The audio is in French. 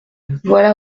voilà